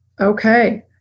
Okay